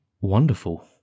Wonderful